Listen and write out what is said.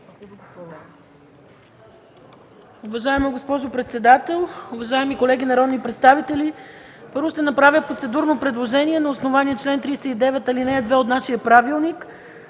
Уважаема госпожо председател, уважаеми колеги народни представители! Първо, ще направя процедурно предложение: на основание чл. 39, ал. 2 от нашия правилник